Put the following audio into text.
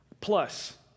plus